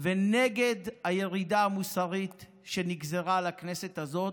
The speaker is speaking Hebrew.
ונגד הירידה המוסרית שנגזרה על הכנסת הזאת,